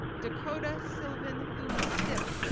dakota sylvan luna stipp,